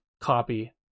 copy